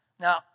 Now